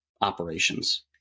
operations